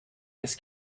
this